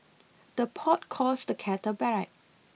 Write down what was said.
the pot calls the kettle black